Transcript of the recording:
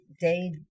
day